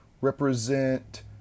represent